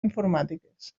informàtiques